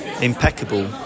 impeccable